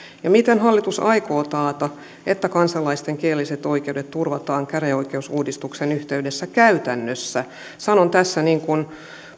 ja miten hallitus aikoo taata että kansalaisten kielelliset oikeudet turvataan käräjäoikeusuudistuksen yhteydessä käytännössä sanon tässä niin kuin